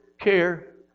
care